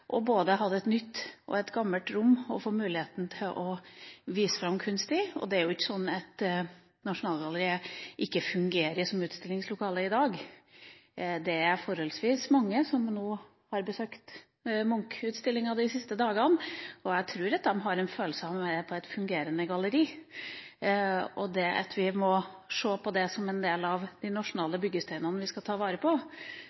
å få muligheten til å vise fram kunst i både et nytt og et gammelt rom. Det er jo ikke sånn at Nasjonalgalleriet ikke fungerer som utstillingslokale i dag. Det er forholdsvis mange som de siste dagene har besøkt Munch-utstillingen, og jeg tror de har følelsen av å være på et fungerende galleri. Vi må se på det som en del av de nasjonale byggesteinene vi skal ta vare på.